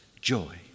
joy